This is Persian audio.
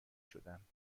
شدند